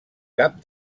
cap